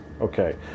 Okay